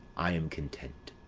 i am content,